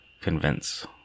convince